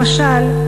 למשל,